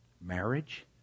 Marriage